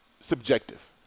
subjective